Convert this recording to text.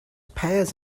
pears